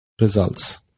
results